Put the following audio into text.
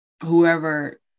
whoever